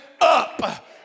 up